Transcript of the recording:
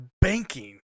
banking